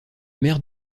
maire